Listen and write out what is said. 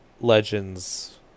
Legends